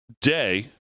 day